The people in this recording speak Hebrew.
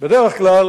בדרך כלל